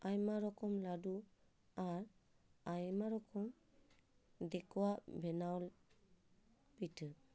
ᱟᱭᱢᱟ ᱨᱚᱠᱚᱢ ᱞᱟᱹᱰᱩ ᱟᱨ ᱟᱭᱢᱟ ᱨᱚᱠᱚᱢ ᱫᱤᱠᱩᱣᱟᱜ ᱵᱮᱱᱟᱣ ᱯᱤᱴᱷᱟᱹ